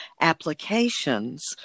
applications